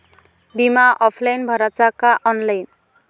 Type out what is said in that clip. बिमा ऑफलाईन भराचा का ऑनलाईन?